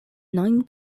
nine